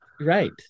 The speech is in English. right